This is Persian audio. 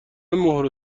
مهر